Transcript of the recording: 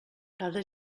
cada